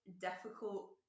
difficult